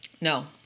No